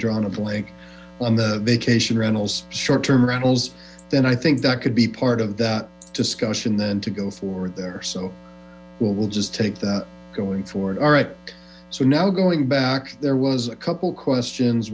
drawing a blank on the vacation rentals short term rentals then i think that could be part of that discussion then to go forward there so we'll we'll just take that going forward all right so now going back there was a couple questions